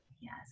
Yes